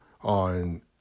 on